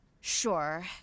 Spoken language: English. Sure